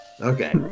Okay